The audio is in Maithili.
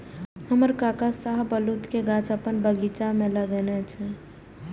हमर काका शाहबलूत के गाछ अपन बगीचा मे लगेने छै